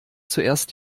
zuerst